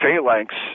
phalanx